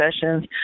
sessions